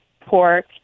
pork